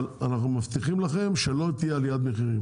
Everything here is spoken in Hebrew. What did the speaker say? אנחנו מבטיחים לכם שלא תהיה עליית מחירים,